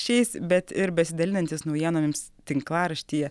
šiais bet ir besidalinantis naujienomis tinklaraštyje